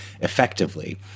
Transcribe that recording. effectively